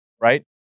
right